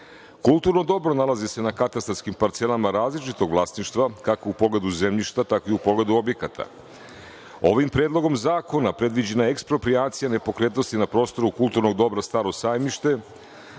Kulturno dobro nalazi se na katastarskim parcelama različitog vlasništva, kako u pogledu zemljišta, tako i u pogledu objekata. Ovim Predlogom zakona predviđena je eksproprijacija nepokretnosti na prostoru kulturnog dobra "Staro sajmište",